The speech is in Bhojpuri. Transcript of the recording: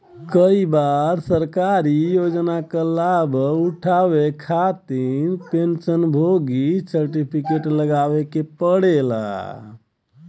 कई बार सरकारी योजना क लाभ उठावे खातिर पेंशन भोगी सर्टिफिकेट लगावे क पड़ेला